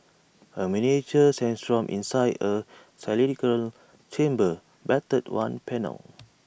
A miniature sandstorm inside A cylindrical chamber battered one panel